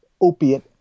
opiate